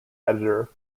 editor